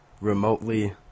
remotely